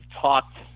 talked